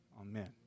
amen